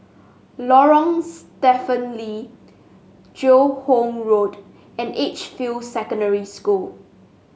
Lorong Stephen Lee Joo Hong Road and Edgefield Secondary School